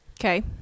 Okay